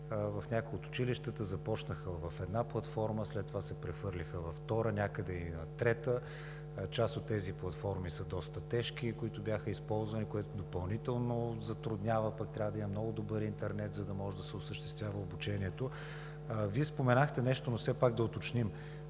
че някои от училищата започнаха в една платформа, след това се прехвърлиха във втора, някъде и в трета. Част от тези платформи, които бяха използвани, са доста тежки, което допълнително затруднява, пък и трябва да има много добър интернет, за да може да се осъществява обучението. Вие споменахте нещо, но все пак да уточним: